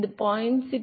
இப்போது 0